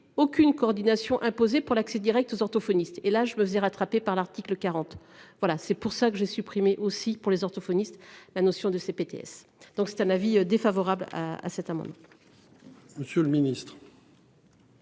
aucune coordination imposé. Pour l'accès Direct aux orthophonistes et là je me faisais rattrapé par l'article 40. Voilà c'est pour ça que j'ai supprimé aussi pour les orthophonistes. La notion de ces BTS donc c'est un avis défavorable à cet amendement. Santé. Monsieur le ministre.